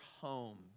home